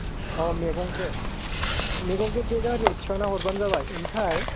अह मेगंखो मेगंखो बे गारियाव थिखांना हरबानो जाबाय ओमफ्राय